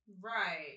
Right